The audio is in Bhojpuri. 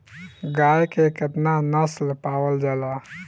गाय के केतना नस्ल पावल जाला?